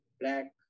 black